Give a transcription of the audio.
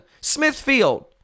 Smithfield